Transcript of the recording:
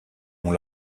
ont